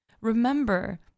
Remember